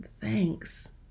thanks